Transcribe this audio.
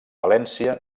valència